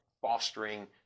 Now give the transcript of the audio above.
fostering